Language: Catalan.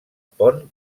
pont